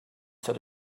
set